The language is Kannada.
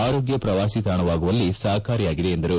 ಆರೋಗ್ಯ ಪ್ರವಾಸಿ ತಾಣವಾಗುವಲ್ಲಿ ಸಹಾಯಕವಾಗಿದೆ ಎಂದರು